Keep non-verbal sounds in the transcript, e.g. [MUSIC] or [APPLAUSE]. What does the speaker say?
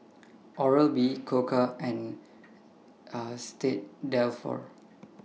Oral B Koka and [HESITATION] S T Dalfour